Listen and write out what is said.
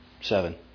Seven